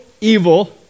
evil